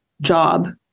job